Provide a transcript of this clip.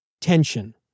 tension